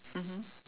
mmhmm